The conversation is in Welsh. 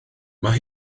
mae